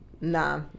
Nah